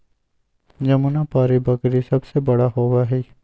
जमुनापारी बकरी सबसे बड़ा होबा हई